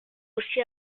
aussi